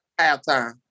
halftime